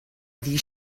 iddi